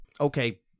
okay